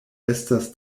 estas